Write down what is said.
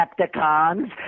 Decepticons